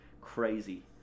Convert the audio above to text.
Crazy